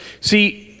See